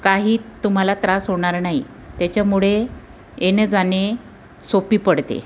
काही तुम्हाला त्रास होणार नाही त्याच्यामुळे येणंजाणे सोपं पडते